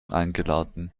eingeladen